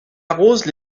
arrose